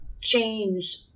change